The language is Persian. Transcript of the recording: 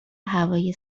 هوای